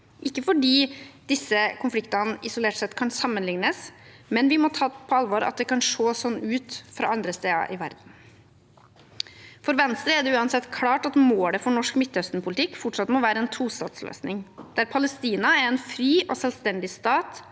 FNs apartheidkonvensjon ne isolert sett kan sammenlignes, men vi må ta på alvor at det kan se sånn ut andre steder i verden. For Venstre er det uansett klart at målet for norsk midtøstenpolitikk fortsatt må være en tostatsløsning der Palestina er en fri og selvstendig stat,